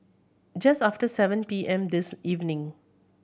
just after seven P M this evening